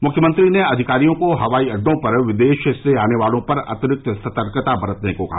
मुख्यमंत्री ने अधिकारियों को हवाई अड्डों पर विदेश से आने वालों पर अतिरिक्त सतर्कता बरतने को कहा